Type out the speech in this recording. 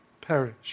perish